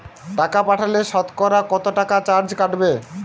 টাকা পাঠালে সতকরা কত টাকা চার্জ কাটবে?